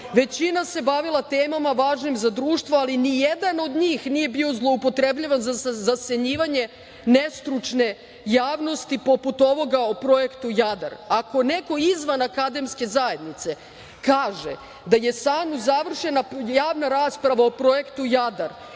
Većina se bavila temama važnim za društvo, ali nijedan od njih nije bio zloupotrebljavan za zasenjivanje nestručne javnosti poput ovoga o Projektu "Jadar". Ako neko izvan akademske zajednice kaže da je u SANU završena javna rasprava o Projektu "Jadar",